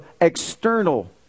external